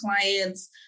clients